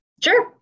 Sure